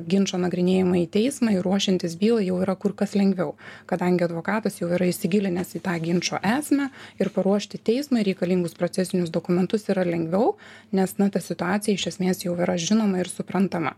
ginčo nagrinėjimą į teismą ir ruošiantis bylai jau yra kur kas lengviau kadangi advokatas jau yra įsigilinęs į tą ginčo esmę ir paruošti teismui reikalingus procesinius dokumentus yra lengviau nes na ta situacija iš esmės jau yra žinoma ir suprantama